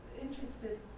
interested